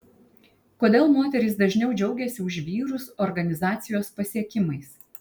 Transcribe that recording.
kodėl moterys dažniau džiaugiasi už vyrus organizacijos pasiekimais